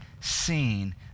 Seen